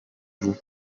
vous